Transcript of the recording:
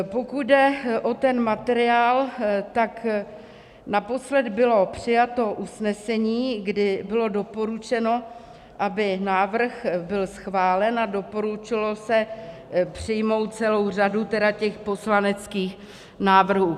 Pokud jde o ten materiál, tak naposledy bylo přijato usnesení, kdy bylo doporučeno, aby návrh byl schválen, a doporučilo se přijmout celou řadu poslaneckých návrhů.